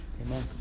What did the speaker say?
amen